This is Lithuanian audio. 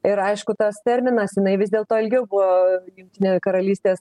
ir aišku tas terminas jinai vis dėlto ilgiau buvo jungtinė karalystės